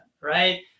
right